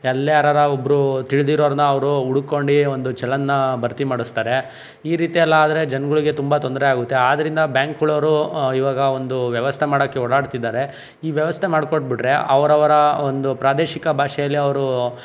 ಎಲ್ಲೇನು ಯಾರಾರು ಒಬ್ಬರು ತಿಳ್ದಿರೋರನ್ನ ಅವರು ಹುಡುಕೊಂಡು ಒಂದು ಚಲನನ್ನ ಭರ್ತಿ ಮಾಡಿಸ್ತಾರೆ ಈ ರೀತಿಯೆಲ್ಲ ಆದರೆ ಜನ್ಗಳಿಗೆ ತುಂಬ ತೊಂದರೆ ಆಗುತ್ತೆ ಆದ್ದರಿಂದ ಬ್ಯಾಂಕ್ಗಳೋರು ಇವಾಗ ಒಂದು ವ್ಯವಸ್ಥೆ ಮಾಡಕ್ಕೆ ಓಡಾಡ್ತಿದ್ದಾರೆ ಈ ವ್ಯವಸ್ಥೆ ಮಾಡ್ಕೊಟ್ಬಿಟ್ರೆ ಅವರವರ ಒಂದು ಪ್ರಾದೇಶಿಕ ಭಾಷೆಯಲ್ಲಿ ಅವರು